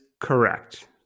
correct